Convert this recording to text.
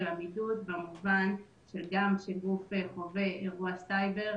עמידות במובן שגם כשגוף חווה אירוע סייבר,